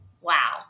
Wow